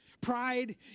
pride